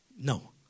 no